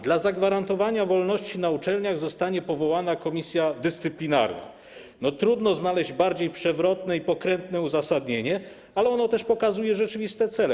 Dla zagwarantowania wolności na uczelniach zostanie powołana komisja dyscyplinarna - trudno znaleźć bardziej przewrotne i pokrętne uzasadnienie, ale ono też pokazuje rzeczywiste cele.